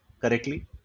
correctly